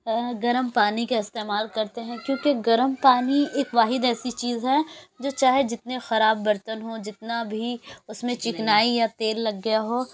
گرم پانی کا استعمال کرتے ہیں کیونکہ گرم پانی ایک واحد ایسی چیز ہے جو چاہے جتنے خراب برتن ہوں جتنا بھی اس میں چکنائی یا تیل لگ گیا ہو